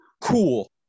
Cool